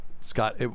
Scott